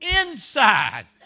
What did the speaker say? inside